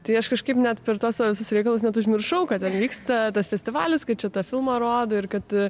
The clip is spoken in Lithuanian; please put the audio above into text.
tai aš kažkaip net per tuos visus reikalus net užmiršau kad ten vyksta tas festivalis kaip čia tą filmą rodo ir kad